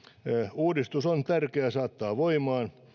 uudistus on tärkeä saattaa voimaan